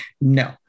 no